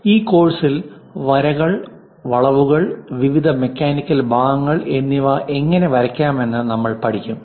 ഈ കോഴ്സിൽ വരകൾ വളവുകൾ വിവിധ മെക്കാനിക്കൽ ഭാഗങ്ങൾ എന്നിവ എങ്ങനെ വരയ്ക്കാമെന്ന് നമ്മൾ പഠിക്കും